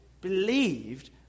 believed